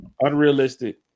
Unrealistic